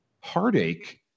heartache –